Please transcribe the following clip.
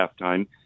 halftime